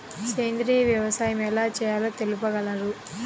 సేంద్రీయ వ్యవసాయం ఎలా చేయాలో తెలుపగలరు?